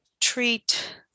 treat